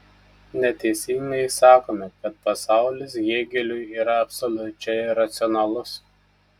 neteisingai sakome kad pasaulis hėgeliui yra absoliučiai racionalus